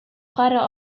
chwarae